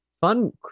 Fun